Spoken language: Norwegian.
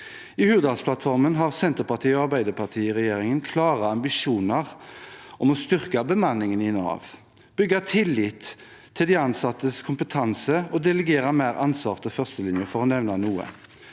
I Hurdalsplattformen har Senterparti–Arbeiderparti-regjeringen klare ambisjoner om å styrke bemanningen i Nav, bygge tillit til de ansattes kompetanse og delegere mer ansvar til førstelinjen, for å nevne noe.